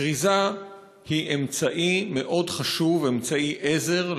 כריזה היא אמצעי עזר מאוד חשוב לאנשים